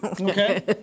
Okay